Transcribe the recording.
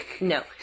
No